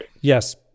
Yes